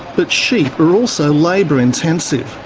but sheep are also labour intensive.